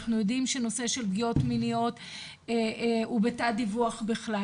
אנחנו יודעים שנושא של פגיעות מיניות הוא בתא הדיווח בכלל.